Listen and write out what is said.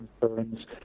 concerns